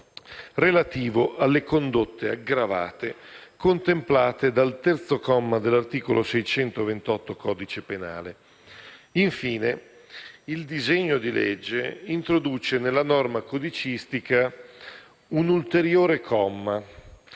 relativo alle condotte aggravate contemplate dal terzo comma dell'articolo 628 del codice penale. Infine, il disegno di legge introduce nella norma codicistica un ulteriore comma